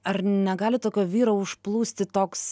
ar negali tokio vyro užplūsti toks